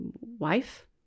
wife